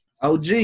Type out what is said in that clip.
OG